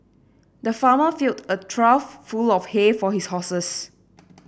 the farmer filled a trough full of hay for his horses